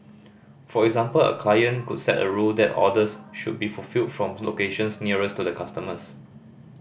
for example a client could set a rule that orders should be fulfilled from locations nearest to customers